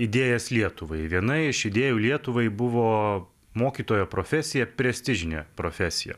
idėjas lietuvai viena iš idėjų lietuvai buvo mokytojo profesija prestižinė profesija